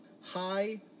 Hi